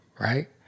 right